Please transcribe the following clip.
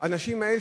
האנשים האלה,